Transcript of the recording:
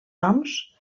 noms